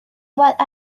what